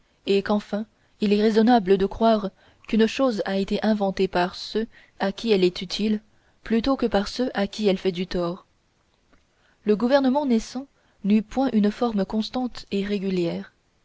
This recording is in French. et qu'enfin il est raisonnable de croire qu'une chose a été inventée par ceux à qui elle est utile plutôt que par ceux à qui elle fait du tort le gouvernement naissant n'eut point une forme constante et régulière